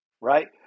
right